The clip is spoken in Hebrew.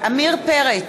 עמיר פרץ,